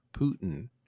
Putin